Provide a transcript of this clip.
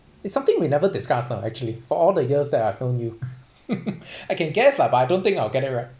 it's something we never discussed lah actually for all the years that I've known you I can guess lah but I don't think I will get it right